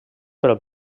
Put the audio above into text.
pel